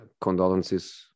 condolences